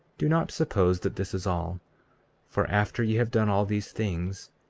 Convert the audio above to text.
do not suppose that this is all for after ye have done all these things,